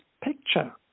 picture